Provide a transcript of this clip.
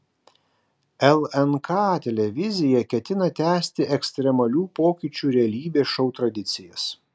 lnk televizija ketina tęsti ekstremalių pokyčių realybės šou tradicijas